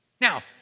Now